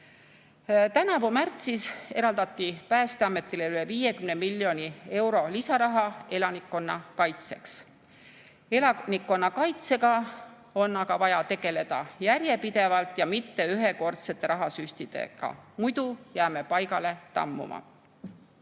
sõda. Tänavu märtsis eraldati Päästeametile üle 50 miljoni euro lisaraha elanikkonnakaitseks. Elanikkonnakaitsega on aga vaja tegeleda järjepidevalt ja mitte ühekordsete rahasüstidega, muidu jääme paigale tammuma.